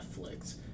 netflix